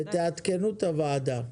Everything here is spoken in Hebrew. ותעדכנו את הוועדה.